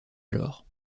alors